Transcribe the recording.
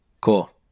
Cool